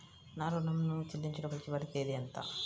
నా ఋణం ను చెల్లించుటకు చివరి తేదీ ఎంత?